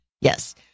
Yes